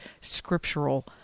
scriptural